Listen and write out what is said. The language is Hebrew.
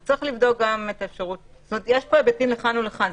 יש פה היבטים לכאן ולכאן,